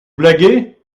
blaguez